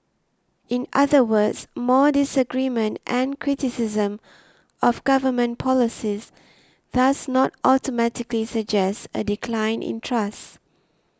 in other words more disagreement and criticism of government policies does not automatically suggest a decline in trust